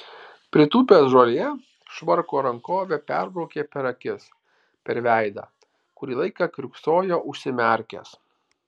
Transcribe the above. pritūpęs žolėje švarko rankove perbraukė per akis per veidą kurį laiką kiurksojo užsimerkęs